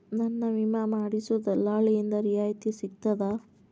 ನನ್ನ ವಿಮಾ ಮಾಡಿಸೊ ದಲ್ಲಾಳಿಂದ ರಿಯಾಯಿತಿ ಸಿಗ್ತದಾ?